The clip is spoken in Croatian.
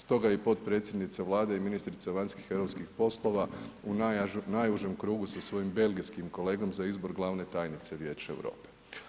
Stoga i potpredsjednica Vlade i ministrica vanjskih i europskih poslova u najužem krugu sa svojim belgijskim kolegom za izbor glavne tajnice Vijeća Europe.